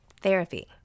Therapy